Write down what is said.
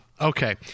Okay